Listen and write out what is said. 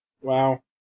Wow